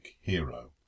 hero